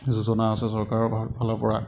যোজনা আছে চৰকাৰৰ ফালৰ পৰা